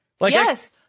Yes